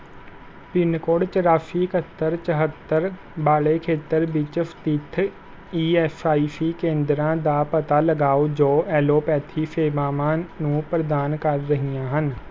pin code ਚੁਰਾਸੀ ਇਕੱਤਰ ਚੌਹੱਤਰ ਵਾਲ਼ੇ ਖੇਤਰ ਵਿੱਚ ਸਥਿਤ ਈ ਐੱਸ ਆਈ ਸੀ ਕੇਂਦਰਾਂ ਦਾ ਪਤਾ ਲਗਾਓ ਜੋ ਐਲੋਪੈਥੀ ਸੇਵਾਵਾਂ ਨੂੰ ਪ੍ਰਦਾਨ ਕਰ ਰਹੀਆਂ ਹਨ